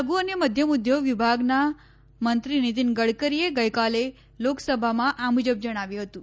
લધુ અને મધ્યમ ઉદ્યોગ વિભાગનાં મંત્રી નીતીન ગડકરીએ ગઈકાલે લોકસભામાં આ મુજબ જણાવ્યું હતું